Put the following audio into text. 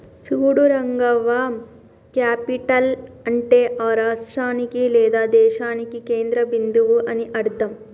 చూడు రంగవ్వ క్యాపిటల్ అంటే ఆ రాష్ట్రానికి లేదా దేశానికి కేంద్ర బిందువు అని అర్థం